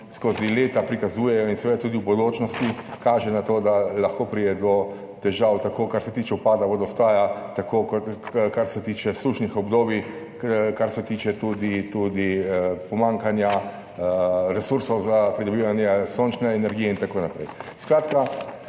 skozi leta prikazujejo, in seveda tudi v bodočnosti kaže na to, da lahko pride do težav, tako, kar se tiče upada vodostaja, tako, kar se tiče sušnih obdobij, kar se tiče tudi pomanjkanja resursov za pridobivanje sončne energije in tako naprej. Skratka,